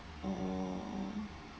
mm